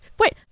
wait